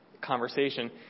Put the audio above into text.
conversation